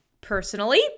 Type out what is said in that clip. Personally